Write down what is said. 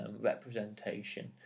representation